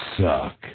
suck